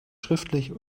schriftlich